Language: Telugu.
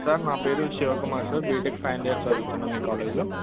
సార్ నా పేరు Shivakumar sir BTech final year చదువుతున్నాను మీ కాలేజ్లో